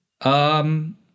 Um-